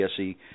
PSE